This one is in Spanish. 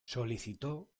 solicitó